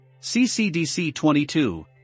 CCDC22